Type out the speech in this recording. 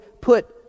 put